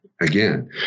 Again